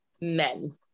men